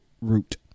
root